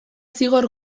zigor